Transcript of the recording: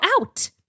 out